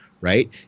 right